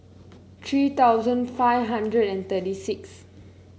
three thousand five hundred and thirty six